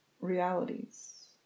realities